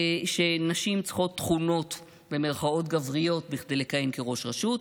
שנשים צריכות תכונות "גבריות" כדי לכהן כראש רשות.